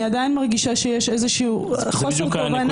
אני עדיין מרגישה שיש חוסר כוונה --- זו